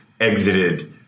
exited